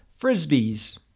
Frisbees